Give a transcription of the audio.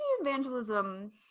evangelism